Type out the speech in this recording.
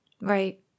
Right